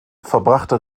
verbrachte